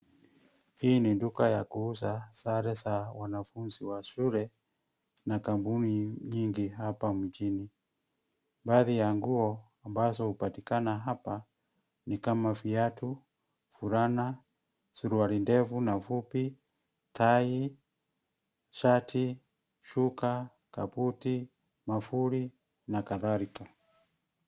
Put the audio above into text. Hii ni duka ya kuuza sare za wanafunzi za shule na kampuni nyingi hapa mjini. Baadhi ya nguo ambazo hupatika hapa, ni kama viatu, fulana, suruali ndefu na fupi, tai, shati, shuka, kabuti , mwavuli na kadhalika.